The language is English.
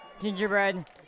Gingerbread